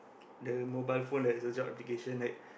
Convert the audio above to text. the mobile phone there is a job application right